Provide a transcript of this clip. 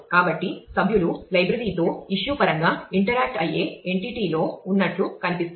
కాబట్టి సభ్యులు లైబ్రరీ అయ్యే ఎంటిటీలో ఉన్నట్లు కనిపిస్తోంది